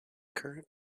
current